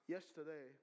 Yesterday